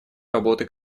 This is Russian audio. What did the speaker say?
работы